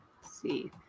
see